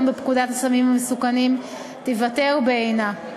בפקודת הסמים המסוכנים תיוותר בעינה.